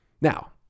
Now